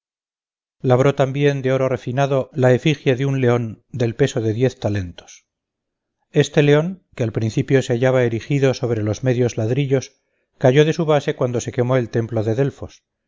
labró también de oro refinado la efigie de un león del peso de diez talentos este león que al principio se hallaba erigido sobre los medios ladrillos cayó de su base cuando se quemó el templo de delfos